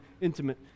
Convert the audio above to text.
intimate